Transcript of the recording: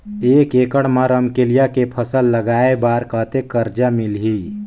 एक एकड़ मा रमकेलिया के फसल लगाय बार कतेक कर्जा मिलही?